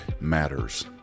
matters